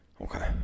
Okay